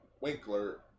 Winkler